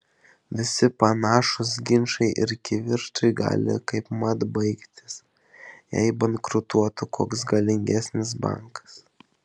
visi panašūs ginčai ir kivirčai gali kaipmat baigtis jei bankrutuotų koks galingesnis bankas